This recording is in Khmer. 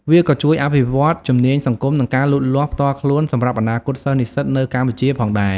វាក៏ជួយអភិវឌ្ឍជំនាញសង្គម និងការលូតលាស់ផ្ទាល់ខ្លួនសម្រាប់អនាគតសិស្សនិស្សិតនៅកម្ពុជាផងដែរ។